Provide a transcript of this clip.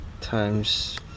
times